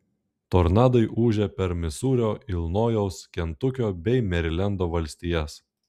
tornadai ūžė per misūrio ilinojaus kentukio bei merilendo valstijas